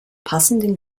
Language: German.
passenden